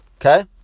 okay